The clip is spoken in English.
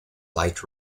light